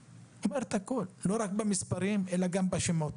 לא רק במספרים אלא גם בשמות.